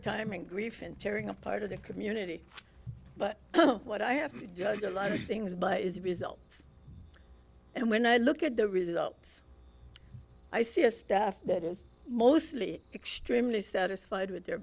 time in grief and tearing apart of the community but what i have a lot of things by is results and when i look at the results i see a staff that is mostly extremely satisfied with